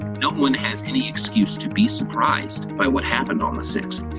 no one has any excuse to be surprised by what happened on the sixth.